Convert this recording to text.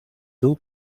two